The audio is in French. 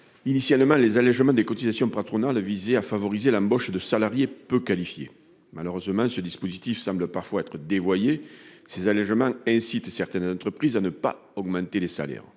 Initialement, les allègements de cotisations patronales visaient à favoriser l'embauche de salariés peu qualifiés. Malheureusement, ce dispositif semble parfois être dévoyé, ces allègements incitant certaines entreprises à ne pas augmenter les salaires.